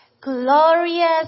glorious